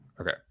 Okay